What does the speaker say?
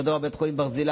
אותו דבר בית חולים ברזילי,